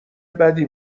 بدی